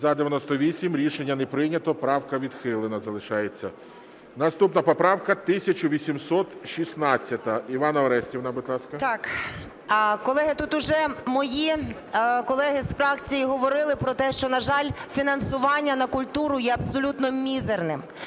За-98 Рішення не прийнято, правка відхилена залишається. Наступна поправка 1816. Іванна Орестівна, будь ласка. 13:34:11 КЛИМПУШ-ЦИНЦАДЗЕ І.О. Колеги, тут уже мої колеги з фракції говорили про те, що, на жаль, фінансування на культуру є абсолютно мізерним.